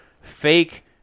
fake